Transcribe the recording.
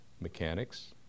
mechanics